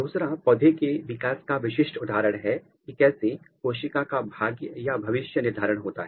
दूसरा पौधे के विकास का विशिष्ट उदाहरण है कि कैसे कोशिका का भाग्य या भविष्य निर्धारण होता है